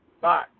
Bye